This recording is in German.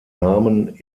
namen